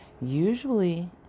Usually